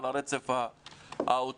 על הרצף האוטיסטי,